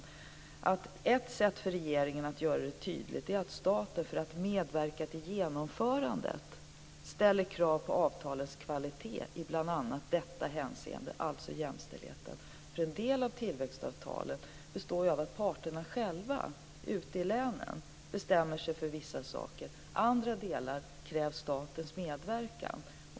Jag har sagt att ett sätt för regeringen att göra det här tydligt är att staten för att medverka till genomförandet ställer krav på avtalens kvalitet i bl.a. detta hänseende; alltså jämställdheten. En del av tillväxtavtalen består ju av att parterna själva ute i länen bestämmer sig för vissa saker. I andra delar krävs statens medverkan.